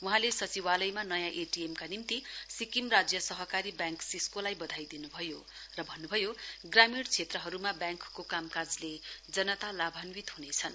वहाँले सचिवालयमा नयाँ एटीयम का निम्ति सिक्किम राज्य सहकारी बाय्ङ्क सिसकोलाई बधाई दिन्भयो र भन्न्भयो ग्रामीण क्षेत्रहरुमा ब्याङ्कको कामकाजले जनता लाभान्वित ह्नेछन्